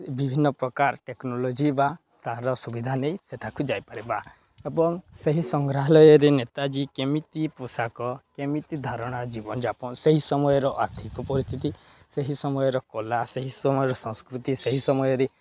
ବିଭିନ୍ନ ପ୍ରକାର ଟେକ୍ନୋଲୋଜି ବା ତା'ର ସୁବିଧା ନେଇ ସେଠାକୁ ଯାଇପାରିବା ଏବଂ ସେହି ସଂଗ୍ରାଳୟରେ ନେତାଜୀ କେମିତି ପୋଷାକ କେମିତି ଧାରଣା ଜୀବନଯାପନ ସେହି ସମୟର ଆର୍ଥିକ ପରିସ୍ଥିତି ସେହି ସମୟର କଳା ସେହି ସମୟର ସଂସ୍କୃତି ସେହି ସମୟରେ